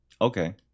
okay